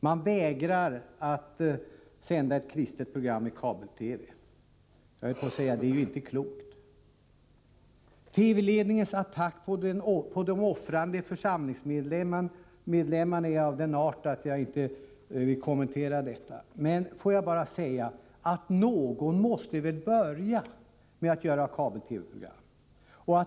Man vägrar att sända ett kristet program i kabel-TV. Det är inte klokt. TV-ledningens attack på de offrande församlingsmedlemmarna är av den arten att jag inte vill kommentera den. Får jag bara säga att någon måste väl börja med att göra kabel-TV-program.